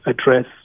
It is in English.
address